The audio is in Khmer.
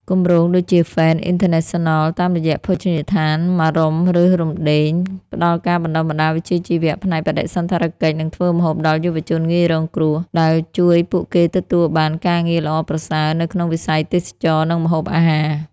គម្រោងដូចជាហ្វេនស៍ អុីនធឺណេសិនណល តាមរយៈភោជនីយដ្ឋានមារុំឬរុំដេង ផ្តល់ការបណ្តុះបណ្តាលវិជ្ជាជីវៈផ្នែកបដិសណ្ឋារកិច្ច និងធ្វើម្ហូបដល់យុវជនងាយរងគ្រោះ ដែលជួយពួកគេទទួលបានការងារល្អប្រសើរ នៅក្នុងវិស័យទេសចរណ៍ និងម្ហូបអាហារ។